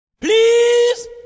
Please